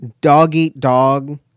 dog-eat-dog